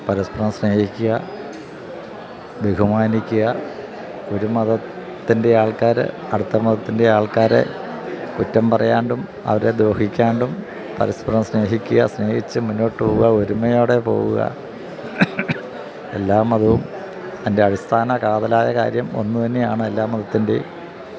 പരസ്പരം സ്നേഹിക്കുക ബഹുമാനിക്കുക ഒരു മതത്തിൻ്റെ ആൾക്കാര് അടുത്ത മതത്തിൻ്റെ ആൾക്കാരെ കുറ്റം പറയാതെയും അവരെ ദ്രോഹിക്കാതെയും പരസ്പരം സ്നേഹിക്കുക സ്നേഹിച്ച് മുന്നോട്ടുപോവുക ഒരുമയോടെ പോവുക എല്ലാ മതവും അതിൻ്റെ അടിസ്ഥാന കാതലായ കാര്യം ഒന്നുതന്നെയാണ് എല്ലാ മതത്തിൻ്റെയും